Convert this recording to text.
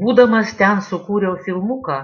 būdamas ten sukūriau filmuką